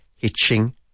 hitching